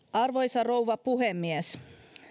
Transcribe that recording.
arvoisa rouva puhemies